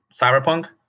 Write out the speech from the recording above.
Cyberpunk